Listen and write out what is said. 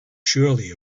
surely